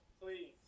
Please